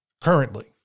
currently